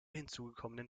hinzugekommenen